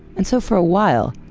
and so for a while,